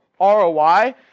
ROI